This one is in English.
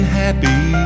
happy